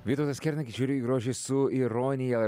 vytautas kernagis žiūriu į grožį su ironija